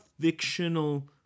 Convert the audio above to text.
fictional